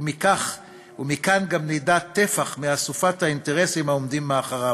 ומכאן גם נדע טפח מאסופת האינטרסים העומדים מאחוריו.